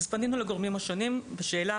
פנינו לגורמים השונים בשאלה,